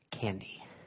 candy